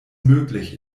möglich